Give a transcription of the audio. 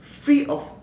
free of